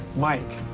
mike,